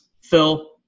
Phil